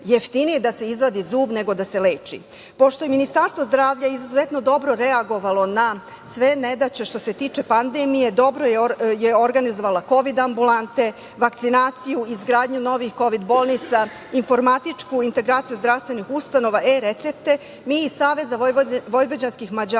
jeftinije da se izvadi zub, nego da se leči. Pošto je Ministarstvo zdravlja izuzetno dobro reagovalo na sve nedaće što se tiče pandemije, dobro je organizovala kovid ambulante, vakcinaciju, izgradnju novih kovid bolnica, informatičku integraciju zdravstvenih ustanova e-Recepte, mi iz SVM ne sumnjamo